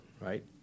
right